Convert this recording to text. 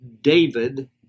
David